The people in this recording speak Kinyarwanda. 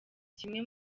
kimwe